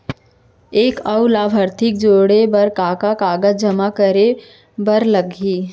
एक अऊ लाभार्थी जोड़े बर का का कागज जेमा करे बर लागही?